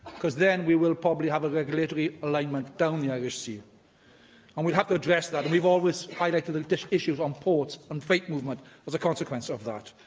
because then we will probably have a regulatory alignment down the irish sea and we'll have to address that. we've always highlighted the issues on ports and freight movement as a consequence of that.